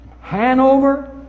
Hanover